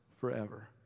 forever